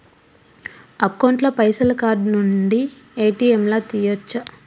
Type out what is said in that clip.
Account ల పైసల్ card నుండి ఏ.టి.ఎమ్ లా తియ్యచ్చా?